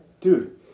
Dude